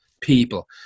people